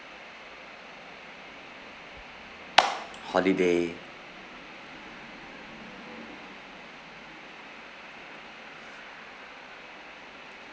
holiday